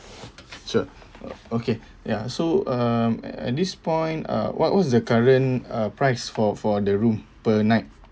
sure okay ya so um and this point uh what what's the current uh price for for the room per night